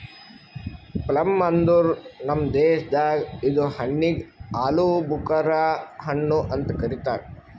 plum ಅಂದುರ್ ನಮ್ ದೇಶದಾಗ್ ಇದು ಹಣ್ಣಿಗ್ ಆಲೂಬುಕರಾ ಹಣ್ಣು ಅಂತ್ ಕರಿತಾರ್